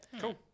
Cool